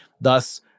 thus